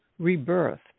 rebirthed